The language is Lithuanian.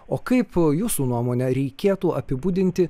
o kaip jūsų nuomone reikėtų apibūdinti